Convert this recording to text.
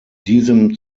diesem